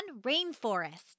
Rainforest